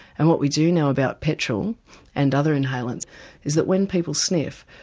and what we do know about petrol and other inhalants is that when people sniff,